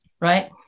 right